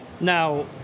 Now